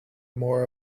more